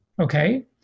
okay